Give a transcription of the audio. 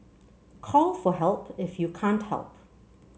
call for help if you can't help